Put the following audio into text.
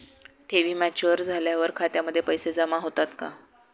ठेवी मॅच्युअर झाल्यावर खात्यामध्ये पैसे जमा होतात का?